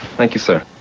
thank you, sir.